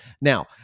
Now